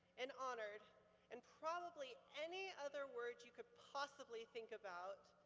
and honored and probably any other word you could possibly think about